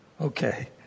okay